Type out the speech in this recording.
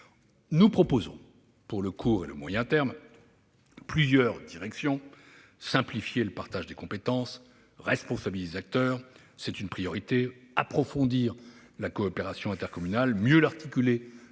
Nous proposons, pour le court et le moyen terme, plusieurs directions : simplifier le partage des compétences et responsabiliser les acteurs, ce qui est une priorité ; approfondir la coopération intercommunale et mieux l'articuler